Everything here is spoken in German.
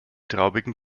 traubigen